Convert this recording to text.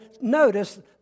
notice